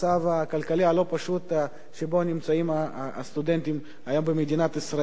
הכלכלי הלא-פשוט שבו נמצאים הסטודנטים במדינת ישראל.